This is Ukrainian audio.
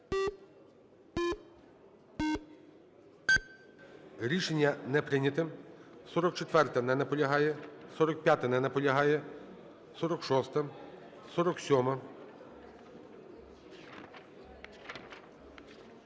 Рішення не прийнято. 44-а. Не наполягає. 45-а. Не наполягає. 46-а. 47-а.